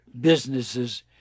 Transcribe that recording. businesses